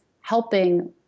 helping